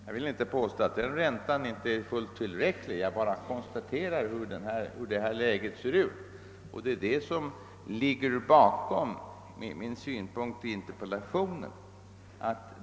Jag vill inte påstå att den räntan inte är fullt tillräcklig; jag bara konstaterar hur det är i nuvarande läge. Det är detta som ligger bakom min interpellation.